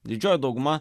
didžioji dauguma